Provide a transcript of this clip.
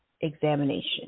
examination